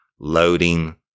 Loading